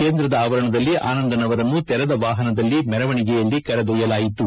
ಕೇಂದ್ರದ ಆವರಣದಲ್ಲಿ ಆನಂದನ್ ಅವರನ್ನು ತೆರೆದ ವಾಹನದಲ್ಲಿ ಮೆರವಣಿಗೆಯಲ್ಲಿ ಕರೆದೊಯ್ಯಲಾಯಿತು